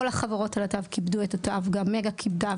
כל החברות על התו כיבדו את התו, וגם מגה כיבדה.